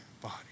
body